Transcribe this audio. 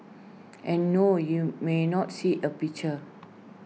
and no you may not see A picture